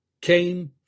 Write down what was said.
came